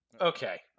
Okay